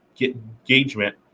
engagement